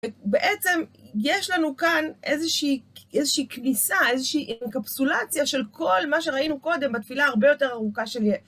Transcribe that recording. ובעצם יש לנו כאן איזושהי כניסה, איזושהי אינקפסולציה של כל מה שראינו קודם בתפילה הרבה יותר ארוכה של י...